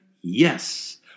Yes